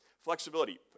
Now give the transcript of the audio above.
Flexibility